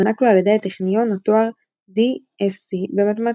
הוענק לו על ידי הטכניון התואר D.Sc במתמטיקה.